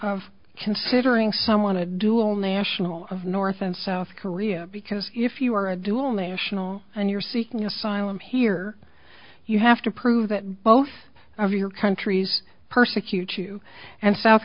of considering someone a dual national of north and south korea because if you are a dual national and you're seeking asylum here you have to prove that both of your countries persecute you and south